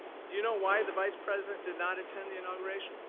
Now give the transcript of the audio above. do you know why the vice president did not attend the inauguration?